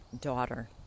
daughter